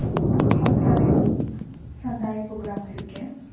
ᱦᱟᱯᱛᱟᱨᱮ ᱥᱟᱱᱛᱟᱲᱤ ᱯᱨᱳᱜᱨᱟᱢ ᱦᱩᱭᱩᱜ ᱜᱮᱭᱟ